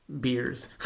Beers